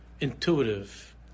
intuitive